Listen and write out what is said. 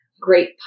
Great